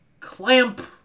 Clamp